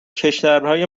کشورهای